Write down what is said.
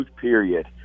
period